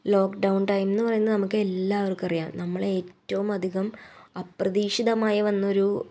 lock down ടൈംന്ന് പറയുന്നത് നമുക്കെല്ലാവർക്കറിയാം നമ്മളേറ്റോം അധികം അപ്രതീക്ഷിതമായി വന്നൊരു